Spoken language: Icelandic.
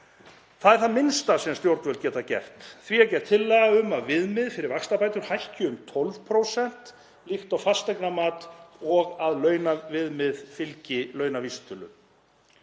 Það er það minnsta sem stjórnvöld geta gert. Því er gerð tillaga um að viðmið fyrir vaxtabætur hækki um 12% líkt og fasteignamat og að launaviðmið fylgi launavísitölu.